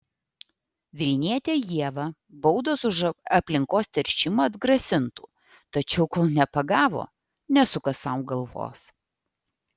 vilnietę ievą baudos už aplinkos teršimą atgrasintų tačiau kol nepagavo nesuka sau galvos